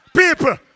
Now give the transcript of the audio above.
People